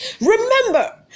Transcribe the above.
Remember